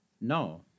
No